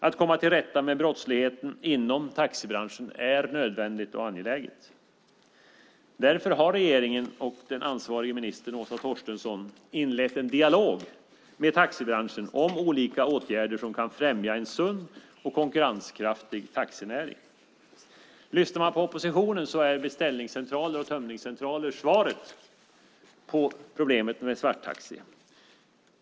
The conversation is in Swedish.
Att komma till rätta med brottsligheten inom taxibranschen är nödvändigt och angeläget. Därför har regeringen och ansvarig minister Åsa Torstensson inlett en dialog med taxibranschen om olika åtgärder som kan främja en sund och konkurrenskraftig taxinäring. Lyssnar man på oppositionen är beställningscentraler och tömningscentraler lösningen på problemet med svarttaxi.